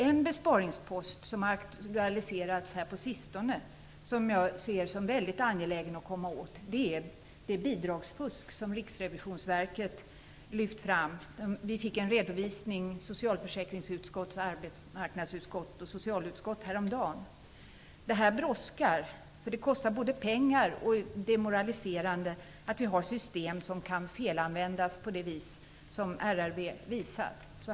En besparingspost som har aktualiserats här på sistone och som jag ser det som väldigt angeläget att komma åt är det bidragsfusk som Riksrevisionsverket lyft fram - socialförsäkringsutskottet, arbetsmarknadsutskottet och socialutskottet fick en redovisning häromdagen. Det här brådskar, eftersom det både kostar pengar och är demoraliserande att vi har system som kan felanvändas på det sätt som RRV visat.